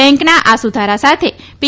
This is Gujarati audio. બેન્કના આ સુધારા સાથે પી